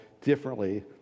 differently